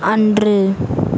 அன்று